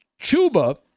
Chuba